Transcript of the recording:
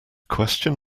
question